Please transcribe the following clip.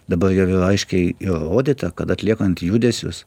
dabar yra aiškiai įrodyta kad atliekant judesius